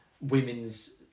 women's